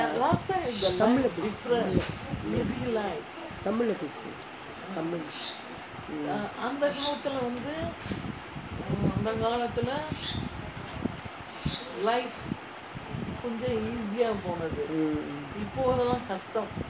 tamil lah லே பேசு:lae pesu mm